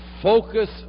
focus